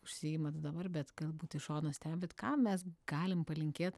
užsiimat dabar bet galbūt iš šono stebit ką mes galim palinkėt